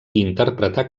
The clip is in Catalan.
interpretar